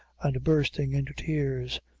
and bursting into tears,